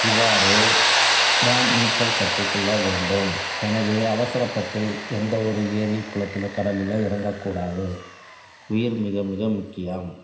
இவ்வாறு தான் நீச்சல் கற்றுக்கொள்ள வேண்டும் எனவே அவசரப்பட்டு எந்தவொரு ஏரிக் குளத்திலோ கடலிலோ இறங்கக்கூடாது உயிர் மிக மிக முக்கியம்